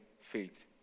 faith